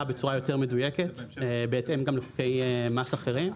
בצורה יותר מדויקת בהתאם לחוקי מס אחרים,